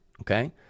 okay